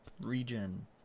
regen